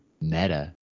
meta